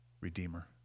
redeemer